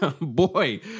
Boy